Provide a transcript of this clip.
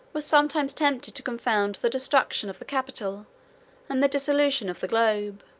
were sometimes tempted to confound the destruction of the capital and the dissolution of the globe.